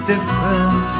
different